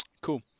Cool